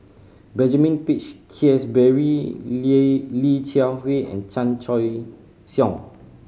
Benjamin Peach Keasberry Li Li Jiawei and Chan Choy Siong